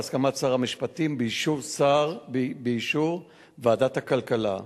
בהסכמת שר המשפטים ובאישור ועדת הכלכלה.